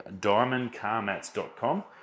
diamondcarmats.com